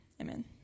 Amen